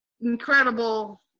incredible